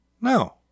No